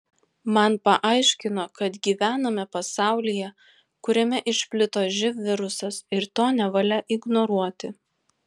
man paaiškino kad gyvename pasaulyje kuriame išplito živ virusas ir to nevalia ignoruoti